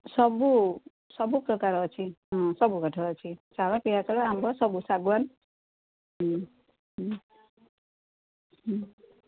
ସବୁ ସବୁ ପ୍ରକାର ଅଛି ହଁ ସବୁ କାଠ ଅଛି ଶାଳ ପିଆଶାଳ ଆମ୍ବ ସବୁ ଶାଗୁଆନ